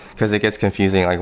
because it gets confusing, like